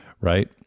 right